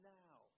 now